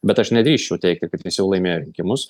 bet aš nedrįsčiau teigti kad jis jau laimėjo rinkimus